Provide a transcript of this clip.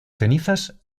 cenizas